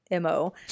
MO